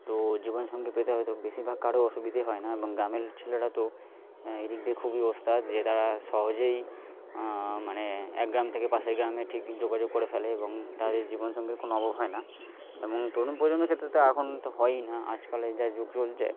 তো জীবনসঙ্গী পেতে হয়তো বেশিরভাগ হয়তো কারো অসুবিধেই হয় না এবং গ্রামের ছেলেরা তো হ্যাঁ এদিক দিয়ে খুবই ওস্তাদ যে তারা সহজেই মানে এক গ্রাম থেকে পাশের গ্রামে ঠিক যোগাযোগ করে ফেলে এবং তাদের জীবনসঙ্গীর কোন অভাব হয় না এবং তরুণ প্রজন্মের ক্ষেত্রে তো এখন তো হয়ই না আজকালের যা যুগ চলছে